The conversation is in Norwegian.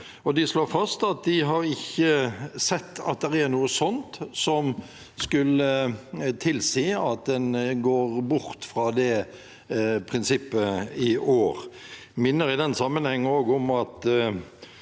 de slår fast at de ikke har sett noe som skulle tilsi at en går bort fra det prinsippet i år. Jeg minner i den sammenheng om at